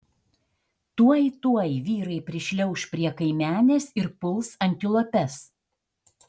tuoj tuoj vyrai prišliauš prie kaimenės ir puls antilopes